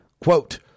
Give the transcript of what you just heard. Quote